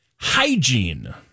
Hygiene